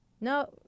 no